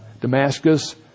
Damascus